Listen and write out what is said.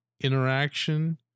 interaction